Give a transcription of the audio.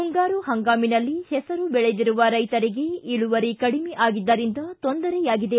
ಮುಂಗಾರು ಹಂಗಾಮಿನಲ್ಲಿ ಪೆಸರು ಬೆಳೆದಿರುವ ರೈತರಿಗೆ ಇಳುವರಿ ಕಡಿಮೆ ಆಗಿದ್ದರಿಂದ ತೊಂದರೆಯಾಗಿದೆ